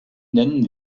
nennen